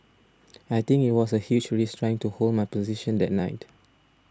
I think it was a huge risk trying to hold my position that night